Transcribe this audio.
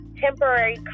temporary